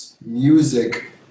music